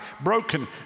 broken